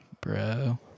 Bro